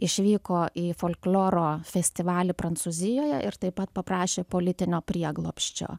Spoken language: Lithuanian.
išvyko į folkloro festivalį prancūzijoje ir taip pat paprašė politinio prieglobsčio